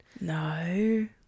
no